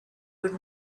would